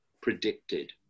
predicted